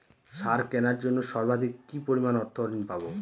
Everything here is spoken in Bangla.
সার কেনার জন্য সর্বাধিক কি পরিমাণ অর্থ ঋণ পাব?